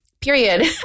period